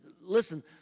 Listen